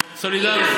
סולידריות.